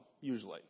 usually